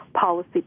policy